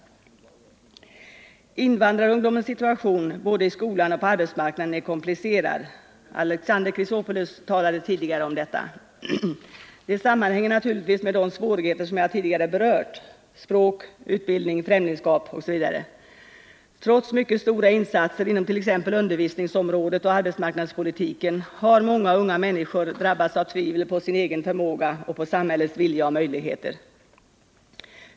Invandrarungdomens situation både i skolan och på arbetsmarknaden är komplicerad. Alexander Chrisopoulos talade tidigare om detta. Det sammanhänger naturligtvis med de svårigheter jag tidigare berört: språk, utbildning, främlingskap etc. Trots mycket stora insatser inom t.ex. undervisningsområdet och arbetsmarknadspolitiken har många unga människor drabbats av tvivel på sin egen förmåga och på samhällets vilja och möjligheter.